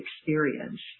experience